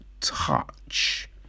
touch